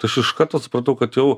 aš iš karto supratau kad jau